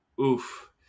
Oof